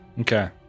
Okay